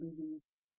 movies